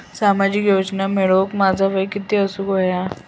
सामाजिक योजना मिळवूक माझा वय किती असूक व्हया?